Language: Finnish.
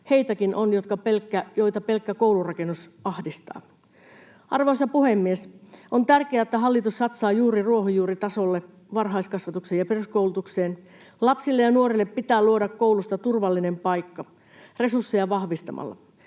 Heitäkin on, joita pelkkä koulurakennus ahdistaa. Arvoisa puhemies! On tärkeää, että hallitus satsaa juuri ruohonjuuritasolle varhaiskasvatukseen ja peruskoulutukseen. Lapsille ja nuorille pitää luoda koulusta turvallinen paikka resursseja vahvistamalla.